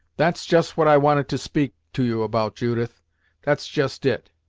that's just what i wanted to speak to you about, judith that's just it.